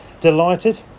Delighted